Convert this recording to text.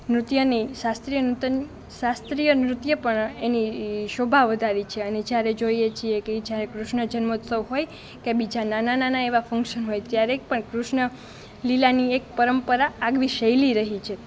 નૃત્યને શાસ્ત્રીય શાસ્ત્રીય નૃત્ય પણ એની શોભા વધારી છે અને જ્યારે જોઈએ છીએ કે એ જ્યારે કૃષ્ણ જન્મોત્સવ હોય કે બીજા નાનાં નાનાં એવાં ફંગશન હોય ત્યારેય પણ કૃષ્ણ લીલાની એક પરંપરા આગવી શૈલી રહી છે